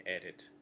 edit